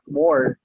more